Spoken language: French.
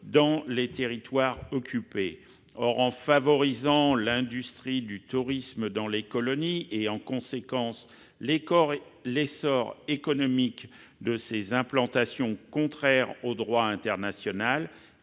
dans les territoires occupés. Or, en favorisant l'industrie du tourisme dans les colonies et, en conséquence, l'essor économique de ces implantations qui sont contraires au droit international,